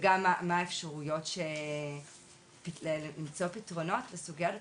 וגם מה האפשריות למצוא פתרונות לסוגייה הזאת,